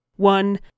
one